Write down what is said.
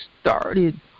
started